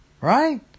right